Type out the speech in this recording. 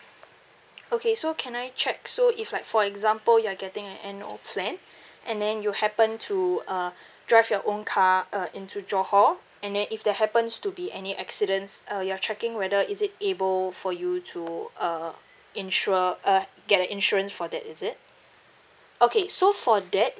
okay so can I check so if like for example you're getting a annual plan and then you happen to uh drive your own car uh into johor and then if there happens to be any accidents uh you're checking whether is it able for you to uh insure uh get a insurance for that is it okay so for that